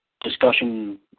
discussion